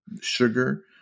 Sugar